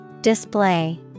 Display